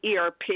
ERP